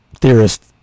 theorist